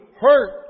hurt